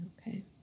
Okay